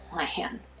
plan